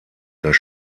das